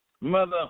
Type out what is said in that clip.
mother